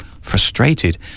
frustrated